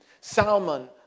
Salmon